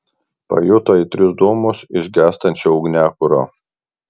pajuto aitrius dūmus iš gęstančio ugniakuro